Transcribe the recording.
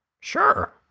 Sure